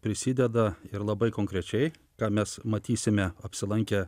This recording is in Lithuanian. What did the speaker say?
prisideda ir labai konkrečiai ką mes matysime apsilankę